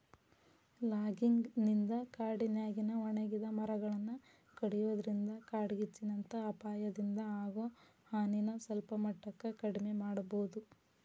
logging ನಿಂದ ಕಾಡಿನ್ಯಾಗಿನ ಒಣಗಿದ ಮರಗಳನ್ನ ಕಡಿಯೋದ್ರಿಂದ ಕಾಡ್ಗಿಚ್ಚಿನಂತ ಅಪಾಯದಿಂದ ಆಗೋ ಹಾನಿನ ಸಲ್ಪಮಟ್ಟಕ್ಕ ಕಡಿಮಿ ಮಾಡಬೋದು